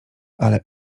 ale